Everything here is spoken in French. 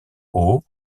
aux